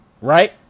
right